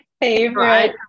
favorite